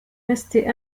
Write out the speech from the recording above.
restée